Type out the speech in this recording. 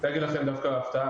אני רוצה להגיד לכם דווקא הפתעה,